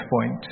point